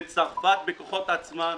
טסו לצרפת בכוחות עצמם,